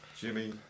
Jimmy